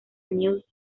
news